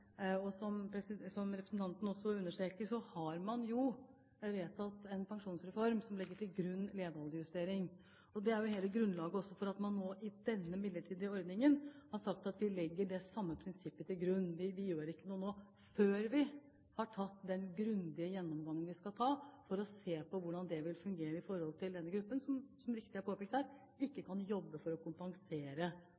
Som representanten også understreket, har man jo vedtatt en pensjonsreform som legger levealdersjustering til grunn. Det er jo også hele grunnlaget for at man nå, i denne midlertidige ordningen, har sagt at vi legger det samme prinsippet til grunn. Vi gjør ikke noe nå før vi har tatt den grundige gjennomgangen vi skal ta for å se på hvordan det vil fungere for denne gruppen, som – og det ble helt riktig påpekt her – ikke